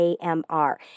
AMR